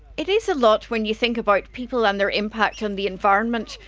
it is a lot when you think about people and their impact on the environment.